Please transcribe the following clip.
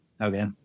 Okay